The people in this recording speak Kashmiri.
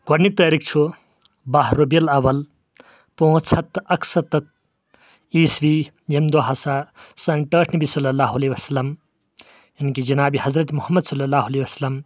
گۄڈنیُک تٲریٖخ چھُ باہہ ربیع الاول پانژھ ہتھ تہٕ اکستتھ عیسوی یمہِ دۄہ ہسا سٲنۍ ٹاٹھۍ نبی صلی اللہ علیہ وسلم یعنی کہِ جنابِ حضرت محمد صلی اللہ علیہ وسلم